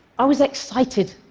i was excited.